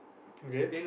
okay